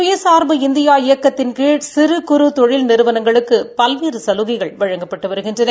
சுயனா்பு India இயக்கத்தின் கீழ் சிறு குறு தொழில் நிறுவனங்களுக்கு பல்வேறு சலுகைகள் வழங்கப்பட்டு வருகின்றன